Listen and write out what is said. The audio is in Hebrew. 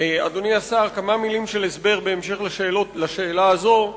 אדוני השר, כמה מלים של הסבר בהמשך לשאלה הזאת: